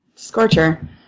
Scorcher